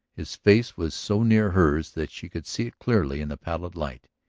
his face was so near hers that she could see it clearly in the pallid light.